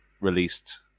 released